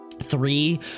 Three